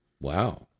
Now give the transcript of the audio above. Wow